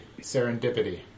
serendipity